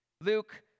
Luke